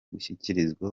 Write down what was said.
gushyikirizwa